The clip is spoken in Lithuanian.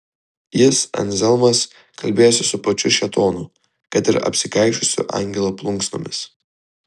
jis anzelmas kalbėjosi su pačiu šėtonu kad ir apsikaišiusiu angelo plunksnomis